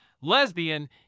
lesbian